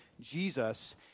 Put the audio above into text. Jesus